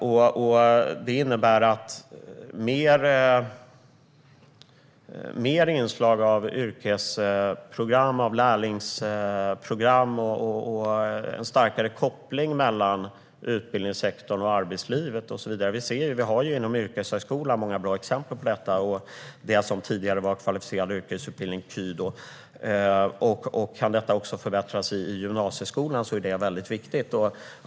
Detta innebär att vi vill se ett större inslag av yrkesprogram, lärlingsprogram och en starkare koppling mellan utbildningssektorn och arbetslivet och så vidare. Inom yrkeshögskolan och det som tidigare var kvalificerad yrkesutbildning, KY, har vi många bra exempel på detta. Det är väldigt viktigt att detta kan förbättras också i gymnasieskolan.